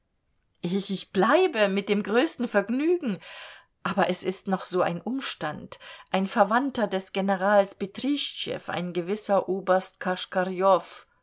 ich bleibe mit dem größten vergnügen aber es ist noch so ein umstand ein verwandter des generals betrischtschew ein gewisser oberst